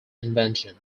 invention